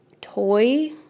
toy